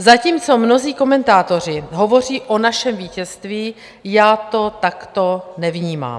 Zatímco mnozí komentátoři hovoří o našem vítězství, já to takto nevnímám.